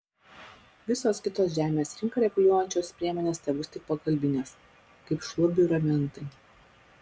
visos kitos žemės rinką reguliuojančios priemonės tebus tik pagalbinės kaip šlubiui ramentai